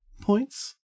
points